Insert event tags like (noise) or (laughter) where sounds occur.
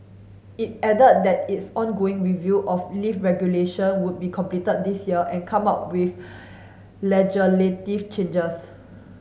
it added that its ongoing review of lift regulation would be completed this year and come out with (unintelligible) changes